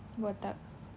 botak